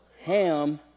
Ham